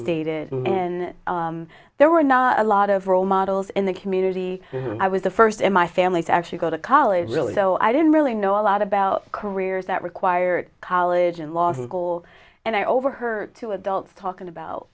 stated and there were not a lot of role models in the community i was the first in my family to actually go to college really so i didn't really know a lot about careers that required college and law school and i overheard two adults talking about